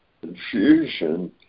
confusion